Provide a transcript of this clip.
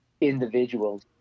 individuals